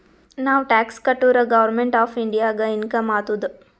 ನಾವ್ ಟ್ಯಾಕ್ಸ್ ಕಟುರ್ government of ಇಂಡಿಯಾಗ ಇನ್ಕಮ್ ಆತ್ತುದ್